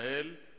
ולהתנהל בהתאם.